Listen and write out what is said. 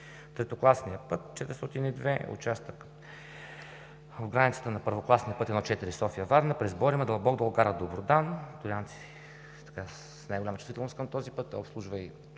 Третокласният път-402, участък от границата на първокласния път 1-4 София – Варна, през Борима, Дълбок дол, гара Добродан е с най-голяма чувствителност към този път. Той обслужва и община